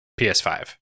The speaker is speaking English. ps5